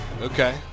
Okay